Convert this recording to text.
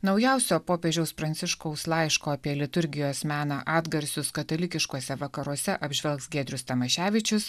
naujausio popiežiaus pranciškaus laiško apie liturgijos meną atgarsius katalikiškuose vakaruose apžvelgs giedrius tamaševičius